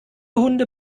hunde